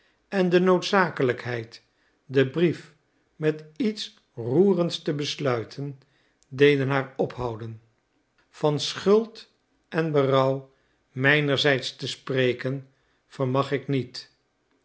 en de noodzakelijkheid den brief met iets roerends te besluiten deden haar ophouden van schuld en berouw mijnerzijds te spreken vermag ik niet